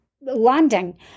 landing